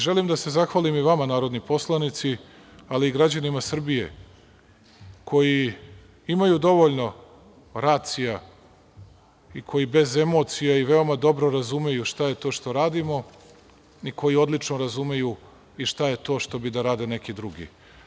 Želim da se zahvalim i vama narodni poslanici, i građanima Srbije koji imaju dovoljno racija i koji bez emocije i veoma dobro razumeju šta je to što radimo i koji odlično razumeju šta je to što bi da rade neki drugi.